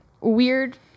weird